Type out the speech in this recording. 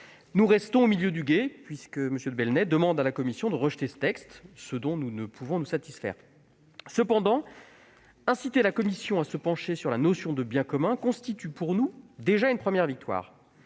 nous restons au milieu du gué, puisque M. de Belenet a demandé à la commission de rejeter ce texte, ce dont nous ne pouvons nous satisfaire. Cependant, inciter la commission à se pencher sur la notion de « biens communs » constitue pour nous une première victoire.